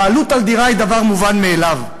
בעלות על דירה היא דבר מובן מאליו.